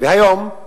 והיום,